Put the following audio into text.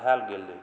भऽ गेलै